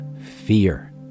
fear